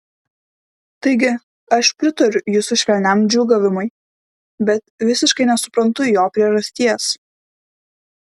taigi aš pritariu jūsų švelniam džiūgavimui bet visiškai nesuprantu jo priežasties